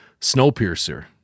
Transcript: Snowpiercer